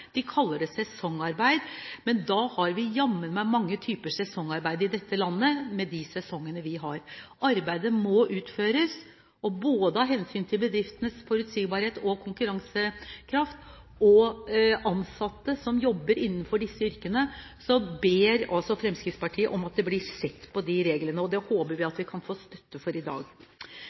kaller det sesongarbeid. Men da har vi jammen, med de sesongene vi har, mange typer sesongarbeid i dette landet. Arbeidet må utføres, og av hensyn til både bedriftenes forutsigbarhet og konkurransekraft og ansatte som jobber innenfor disse yrkene, ber Fremskrittspartiet om at det blir sett på disse reglene. Det håper vi å få støtte for i dag.